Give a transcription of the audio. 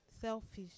selfish